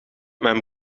mijn